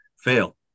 fail